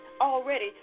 already